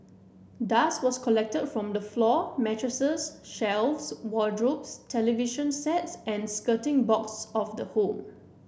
dust was collected from the floor mattresses shelves wardrobes television sets and skirting boards of the home